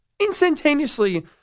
Instantaneously